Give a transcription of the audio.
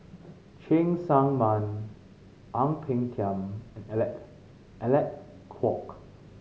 Cheng Tsang Man Ang Peng Tiam and Alec Alec Kuok